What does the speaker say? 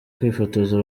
kwifotoza